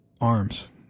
arms